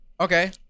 Okay